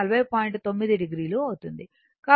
9 o అవుతుంది